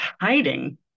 hiding